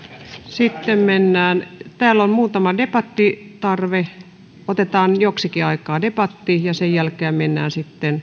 sitten mennään täällä on muutama debattitarve otetaan joksikin aikaa debattia ja sen jälkeen mennään sitten